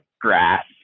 grass